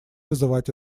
вызвать